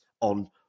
on